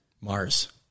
Mars